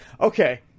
Okay